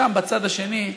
שם, בצד השני,